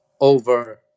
over